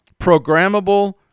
programmable